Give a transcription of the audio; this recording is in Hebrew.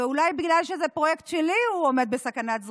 ואולי בגלל שזה פרויקט שלי הוא עומד בסכנת סגירה,